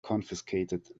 confiscated